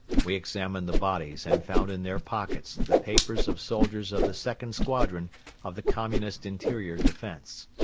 we examined the bodies and found in their pockets the papers of soldiers of the second squadron of the communist interior defence.